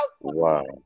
Wow